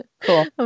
Cool